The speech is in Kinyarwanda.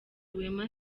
wema